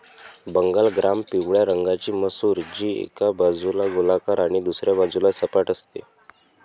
Bengal gram पिवळ्या रंगाची मसूर, जी एका बाजूला गोलाकार आणि दुसऱ्या बाजूला सपाट असते